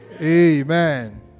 Amen